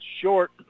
short